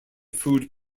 food